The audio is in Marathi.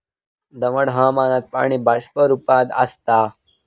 दमट हवामानात पाणी बाष्प रूपात आसता